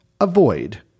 avoid